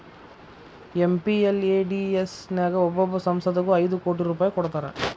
MPLADS ನ್ಯಾಗ ಒಬ್ಬೊಬ್ಬ ಸಂಸದಗು ಐದು ಕೋಟಿ ರೂಪಾಯ್ ಕೊಡ್ತಾರಾ